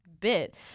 bit